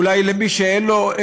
אולי למי שאין לו,